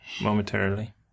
momentarily